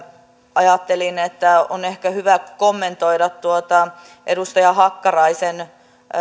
ajattelin että on ehkä hyvä kommentoida tuota edustaja hakkaraisen